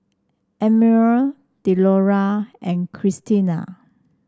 Emanuel Delora and Krystina